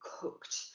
cooked